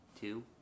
Two